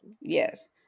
Yes